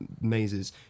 mazes